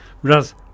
whereas